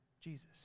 Jesus